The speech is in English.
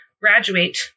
graduate